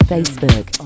Facebook